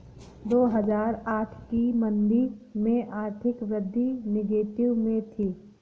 दो हजार आठ की मंदी में आर्थिक वृद्धि नेगेटिव में थी